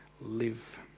live